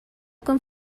con